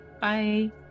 Bye